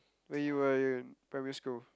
when you were in primary school